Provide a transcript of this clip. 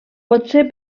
potser